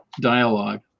dialogue